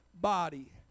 body